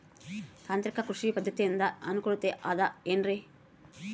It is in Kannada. ತಾಂತ್ರಿಕ ಕೃಷಿ ಪದ್ಧತಿಯಿಂದ ಅನುಕೂಲತೆ ಅದ ಏನ್ರಿ?